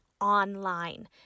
online